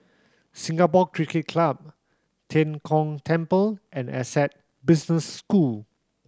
Singapore Cricket Club Tian Kong Temple and Essec Business School